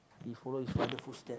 he follow his father footstep